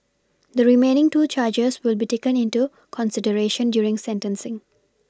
the remaining two charges will be taken into consideration during sentencing